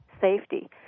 safety